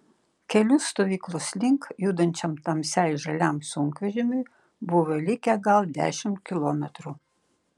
keliu stovyklos link judančiam tamsiai žaliam sunkvežimiui buvo likę gal dešimt kilometrų